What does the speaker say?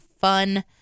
fun